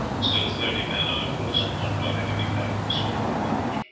still, thirty men are but a small party to beat back an assault by hundreds.